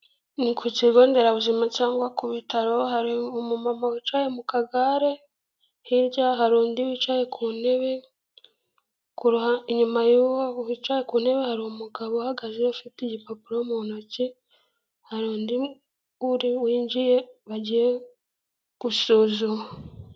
Ni ku kigo nderabuzima cyangwa ku bitaro, hari umumama wicaye mu kagare, hirya hari undi wicaye ku ntebe, inyuma y'uwo wicaye ku ntebe, hari umugabo uhagaze ufite igipapuro mu ntoki, hari undi winjiye bagiye gushozuma.